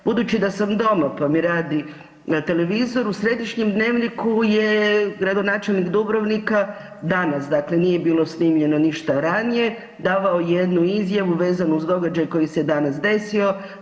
Budući da sam doma pa mi radi na televizoru u središnjem dnevniku je gradonačelnik Dubrovnika, danas dakle, nije bilo snimljeno ništa ranije, davao jednu izjavu vezanu uz događaj koji se danas desio.